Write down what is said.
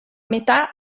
metà